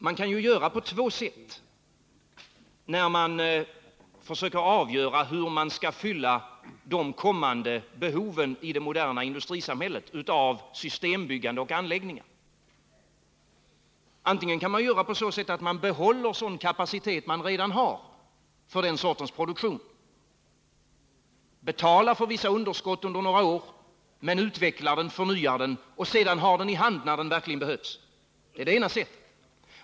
Man kan ju gå till väga på två sätt, när man försöker avgöra hur man skall fylla det kommande behovet i det moderna samhället av systembyggande och anläggningar. Antingen kan man göra så att man behåller kapacitet som man 37 redan har för den här sortens produktion och betalar för vissa underskott under några år. Man utvecklar och förnyar produktionskapaciteten och har den sedan i hand när den verkligen behövs. Det är det ena sättet.